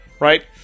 right